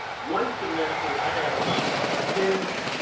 one semester, i had about ten